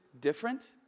different